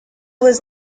was